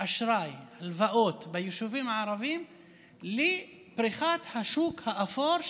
אשראי והלוואות ביישובים הערביים לפריחת השוק האפור,